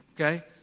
Okay